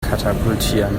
katapultieren